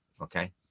okay